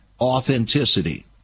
authenticity